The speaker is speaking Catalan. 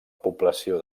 població